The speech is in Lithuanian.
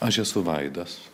aš esu vaidas